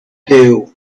deal